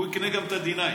הוא יקנה גם את ה-D-9.